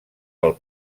pel